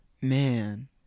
man